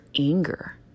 anger